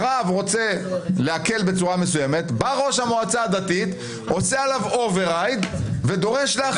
הרב רוצה להקל בצורה מסוימת וראש המועצה הדתית דורש להחמיר.